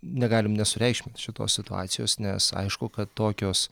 negalim nesureikšmint šitos situacijos nes aišku kad tokios